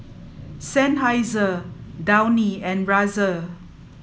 Seinheiser Downy and Razer